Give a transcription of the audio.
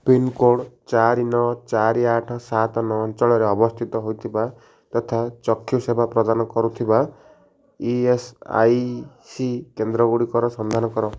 pin code ଚାରି ନଅ ଚାରି ଆଠ ସାତ ନଅ ଅଞ୍ଚଳରେ ଅବସ୍ଥିତ ହୋଇଥିବା ତଥା ଚକ୍ଷୁ ସେବା ପ୍ରଦାନ କରୁଥିବା ଇ ଏସ୍ଆଇସି କେନ୍ଦ୍ରଗୁଡ଼ିକର ସନ୍ଧାନ କର